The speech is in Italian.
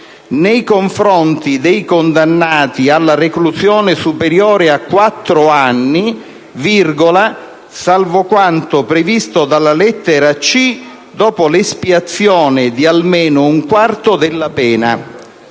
«nei confronti dei condannati alla reclusione superiore a quattro anni, salvo quanto previsto dalla lettera *c)*, dopo l'espiazione di almeno un quarto della pena».